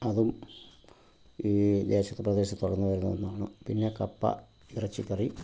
അതും ഈ ദേശപ്രദേശത്ത് തുടർന്നു വരുന്ന ഒന്നാണ് പിന്നെ കപ്പ ഇറച്ചി കറി